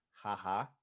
haha